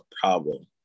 problem